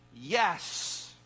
Yes